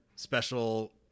Special